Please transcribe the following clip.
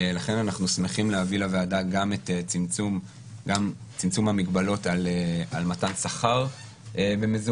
לכן אנחנו שמחים להביא לוועדה גם את צמצום המגבלות על מתן שכר במזומן,